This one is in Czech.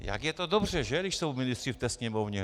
Jak je to dobře, že, když jsou ministři ve Sněmovně.